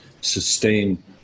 sustain